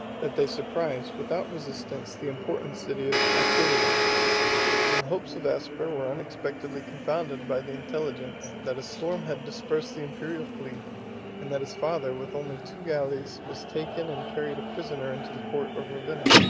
that they surprised, without resistance the important city of aquileia when the hopes of aspar were unexpectedly confounded by the intelligence, that a storm had dispersed the imperial fleet and that his father, with only two galleys, was taken and carried a prisoner into the port of ravenna.